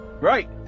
right